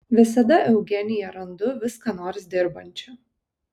visada eugeniją randu vis ką nors dirbančią